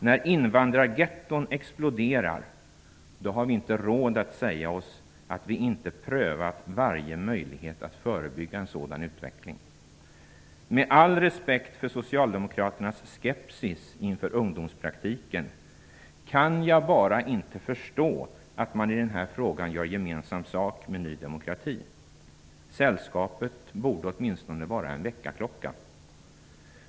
När invandrargetton exploderar har vi inte råd att säga oss att vi inte har prövat varje möjlighet att förebygga en sådan utveckling. Med all respekt för socialdemokraternas skepsis inför ungdomspraktiken kan jag bara inte förstå att man i den här frågan gör gemensam sak med Ny demokrati. Sällskapet borde åtminstone vara en väckarklocka.